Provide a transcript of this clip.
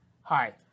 Hi